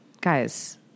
guys